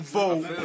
vote